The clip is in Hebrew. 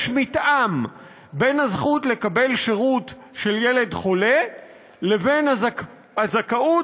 יש מתאם בין הזכות לקבל שירות של ילד חולה לבין הזכאות